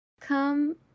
Come